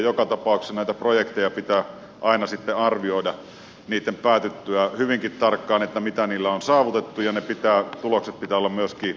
joka tapauksessa näitä projekteja pitää aina sitten arvioida niitten päätyttyä hyvinkin tarkkaan mitä niillä on saavutettu ja niitten tuloksien pitää olla myöskin mitattavissa